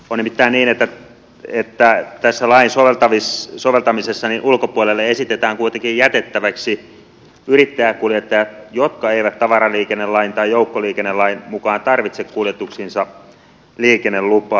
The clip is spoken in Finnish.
on nimittäin niin että tässä lain soveltamisessa ulkopuolelle esitetään kuitenkin jätettäväksi yrittäjäkuljettajat jotka eivät tavaraliikennelain tai joukkoliikennelain mukaan tarvitse kuljetuksiinsa liikennelupaa